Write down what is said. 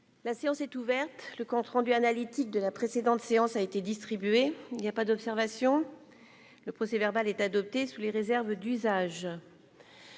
La séance est ouverte, le compte rendu analytique de la précédente séance a été distribué, il n'y a pas d'observation, le procès verbal est adopté sous les réserves d'usage,